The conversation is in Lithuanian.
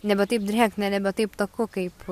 nebe taip drėgna nebe taip taku kaip